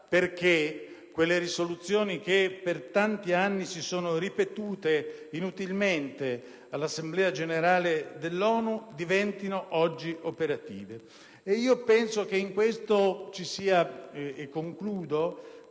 perché quelle risoluzioni che per tanti anni si sono ripetute inutilmente all'Assemblea generale dell'ONU diventino oggi operative. Penso che in tutto ciò ci sia qualcosa